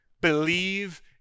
Believe